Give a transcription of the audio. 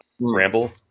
ramble